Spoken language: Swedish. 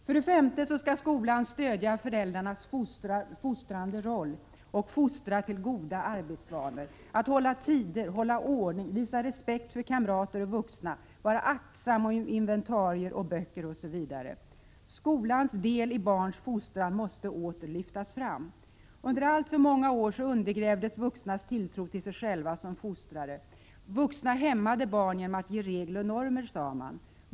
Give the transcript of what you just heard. För det femte: Skolan skall stödja föräldrarnas fostrande roll och lära eleverna goda arbetsvanor, lära dem att hålla tider, att hålla ordning, att visa respekt för kamrater och vuxna, att vara aktsamma om inventarier och böcker osv. Skolans del i barnens fostran måste åter lyftas fram. Under alltför många år undergrävdes vuxnas tilltro till sig själva som fostrare. Vuxna hämmade barn genom att ge regler och normer, sade man.